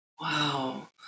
Wow